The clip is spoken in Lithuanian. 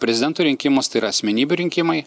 prezidento rinkimus tai yra asmenybių rinkimai